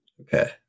Okay